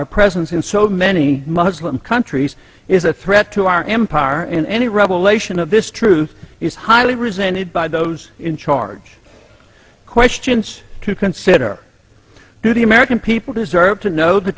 our presence in so many muslim countries is a threat to our empire and any revelation of this truth is highly resented by those in charge questions to consider do the american people deserve to know the